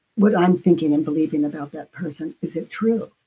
what i'm thinking and believing about that person, is it true?